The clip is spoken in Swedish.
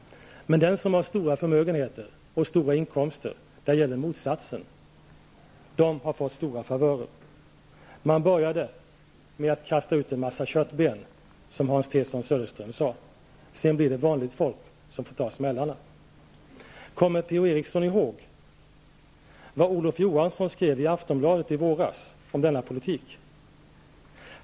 Men för dem som har stora förmögenheter och stora inkomster gäller motsatsen; de har fått stora favörer. Man började med att kasta ut en massa köttben, som Hans Tson Söderström sade. Sedan blir det vanligt folk som får ta smällarna. Kommer P-O Eriksson ihåg vad Olof Johansson skrev i Aftonbladet i våras om denna politik?